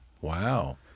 wow